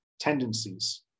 tendencies